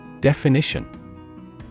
Definition